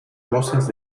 rosas